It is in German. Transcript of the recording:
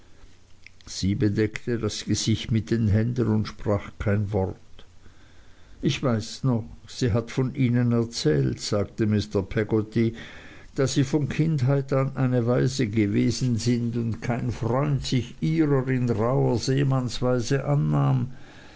sie bedeckte das gesicht mit den händen und sprach kein wort ich weiß noch sie hat von ihnen erzählt sagte mr peggotty daß sie von kindheit an eine waise gewesen sind und kein freund sich ihrer in rauher seemannsweise annahm